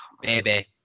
baby